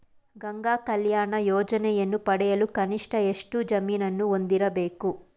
ಗಂಗಾ ಕಲ್ಯಾಣ ಯೋಜನೆಯನ್ನು ಪಡೆಯಲು ಕನಿಷ್ಠ ಎಷ್ಟು ಜಮೀನನ್ನು ಹೊಂದಿರಬೇಕು?